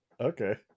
Okay